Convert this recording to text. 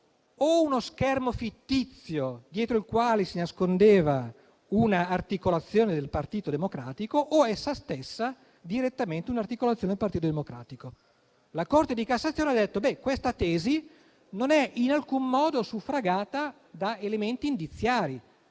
uno schermo fittizio dietro il quale si nascondeva un'articolazione del Partito Democratico o fosse essa stessa direttamente un'articolazione del Partito Democratico. La Corte di cassazione ha detto che questa tesi non è in alcun modo suffragata da elementi indiziari,